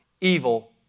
evil